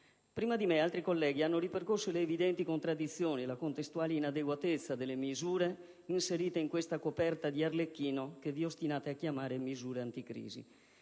Prima di me altri colleghi hanno ripercorso le evidenti contraddizioni e la contestuale inadeguatezza delle misure inserite in questa coperta di Arlecchino che vi ostinate a chiamare misure anticrisi.